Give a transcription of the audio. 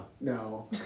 No